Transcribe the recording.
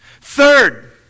Third